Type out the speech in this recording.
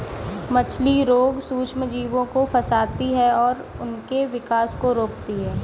मछली रोग सूक्ष्मजीवों को फंसाती है और उनके विकास को रोकती है